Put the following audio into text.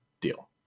deal